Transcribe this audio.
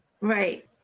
right